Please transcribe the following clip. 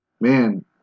man